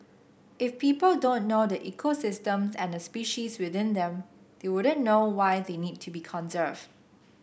if people don't know the ecosystems and the species within them they wouldn't know why they need to be conserved